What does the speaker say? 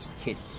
kids